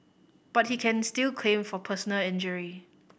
but he can still claim for personal injury